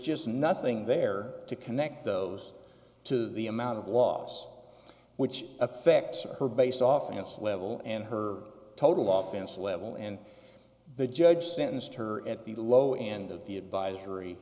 just nothing there to connect those to the amount of loss which affects her based off its level and her total law finance level and the judge sentenced her at the low end of the advisory